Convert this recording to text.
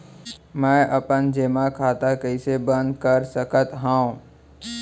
मै अपन जेमा खाता कइसे बन्द कर सकत हओं?